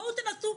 בואו תנסו,